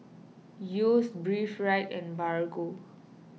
Yeo's Breathe Right and Bargo